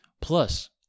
Plus